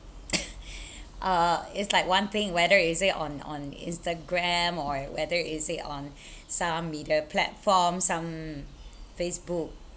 uh it's like one thing whether is it on on Instagram or whether is it on some media platform some Facebook